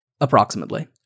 approximately